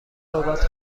صحبت